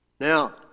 Now